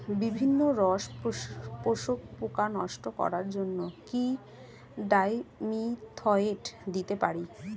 বিভিন্ন রস শোষক পোকা নষ্ট করার জন্য কি ডাইমিথোয়েট দিতে পারি?